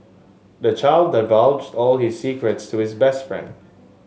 the child divulged all his secrets to his best friend